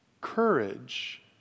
Courage